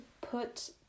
put